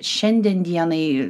šiandien dienai